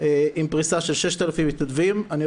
עם פריסה של 6,000 מתנדבים עם